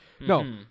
No